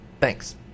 Thanks